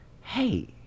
hey